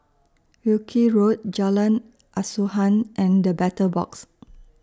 Wilkie Road Jalan Asuhan and The Battle Box